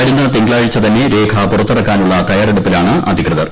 വരുന്ന തിങ്കളാഴ്ച തന്നെ രേഖ പുറ്ത്തിറ്ക്കാനുള്ള തയ്യാറെടുപ്പിലാണ് അധികൃതർ